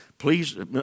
Please